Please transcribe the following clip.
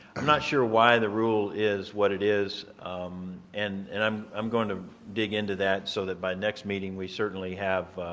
i'm not sure why the rule is what it is and and i'm i'm going to dig into that so that by next meeting we certainly have